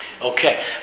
Okay